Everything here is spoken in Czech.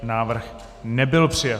Návrh nebyl přijat.